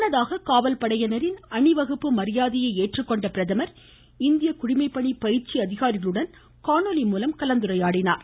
முன்னதாக காவல்படையினாின் அணிவகுப்பு மரியாதையை ஏற்றுக்கொண்ட பிரதமர் இந்திய குடிமைப்பணி பயிற்சி அதிகாரிகளுடன் காணொலி மூலம் கலந்துரையாடினார்